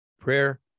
prayer